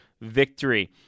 victory